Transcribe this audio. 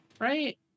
right